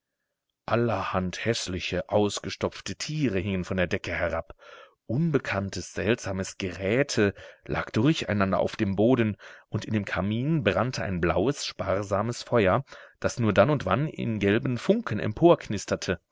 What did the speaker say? allerhand häßliche ausgestopfte tiere hingen von der decke herab unbekanntes seltsames geräte lag durcheinander auf dem boden und in dem kamin brannte ein blaues sparsames feuer das nur dann und wann in gelben funken